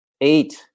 eight